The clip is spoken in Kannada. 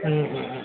ಹ್ಞೂ ಹ್ಞೂ ಹ್ಞೂ